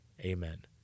amen